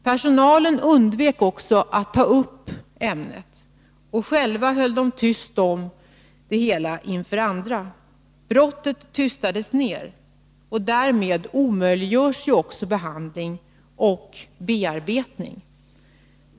Personalen undvek också att ta upp ämnet, och själva höll de tyst om det hela inför andra. Brottet tystades ner, och därmed omöjliggörs ju behandling och bearbetning.